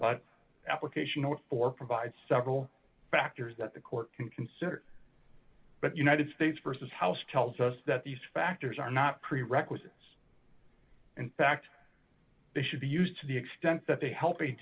but application note for provide several factors that the court can consider but united states versus house tells us that these factors are not prerequisites in fact they should be used to the extent that they help